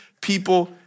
people